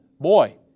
Boy